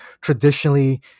traditionally